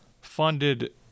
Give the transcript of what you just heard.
funded